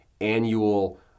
annual